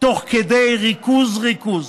בריכוז ריכוז.